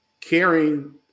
caring